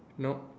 no